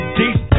deep